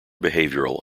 behaviour